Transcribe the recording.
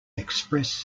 express